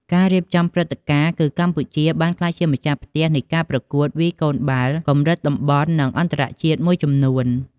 ការរៀបចំព្រឹត្តិការណ៍ គឺកម្ពុជាបានក្លាយជាម្ចាស់ផ្ទះនៃការប្រកួតវាយកូនបាល់កម្រិតតំបន់ និងអន្តរជាតិមួយចំនួន។